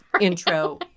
intro